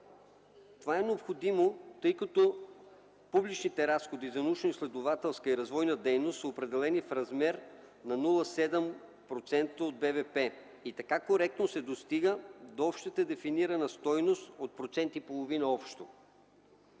Това е необходимо, тъй като публичните разходи за научноизследователска и развойна дейност са определени в размер на 0,7% от БВП и така коректно се достига до общата дефинирана стойност от 1,5% общо.